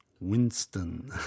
Winston